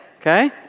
okay